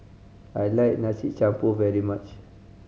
I like Nasi Campur very much